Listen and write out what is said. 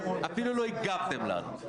סוד --- חברת הכנסת אלהרר העלתה את זה בדבריה.